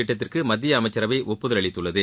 திட்டத்திற்கு மத்திய அமைச்சரவை ஒப்புதல் அளித்துள்ளது